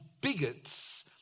bigots